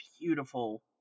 beautiful